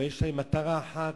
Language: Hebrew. אבל יש להם מטרה אחת: